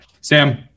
Sam